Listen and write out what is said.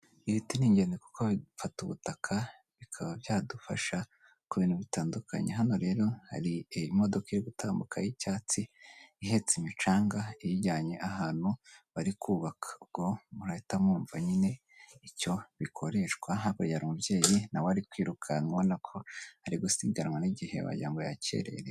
Ibiti ni ingenzi kuko bifata ubutaka bikaba byadufasha ku bintu bitandukanye hano rero hari imodoka iri gutambuka y'icyatsi ihetse imicanga iyijyanye ahantu bari kubaka ubwo murahita mwumva nyine icyo bikoreshwa haba umubyeyi ntawari kwirukan ubona ko ari gusiganwa n'igihe bagira ngo yakererewe.